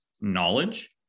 knowledge